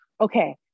okay